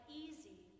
easy